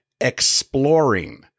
exploring